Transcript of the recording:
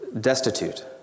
destitute